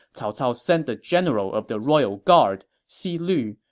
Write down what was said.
cao cao sent the general of the royal guard, xi lu,